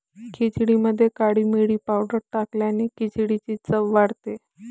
खिचडीमध्ये काळी मिरी पावडर टाकल्याने खिचडीची चव वाढते